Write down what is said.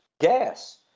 gas